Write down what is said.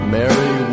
Mary